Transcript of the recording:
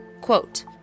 quote